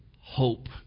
hope